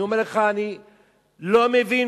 אני אומר לך,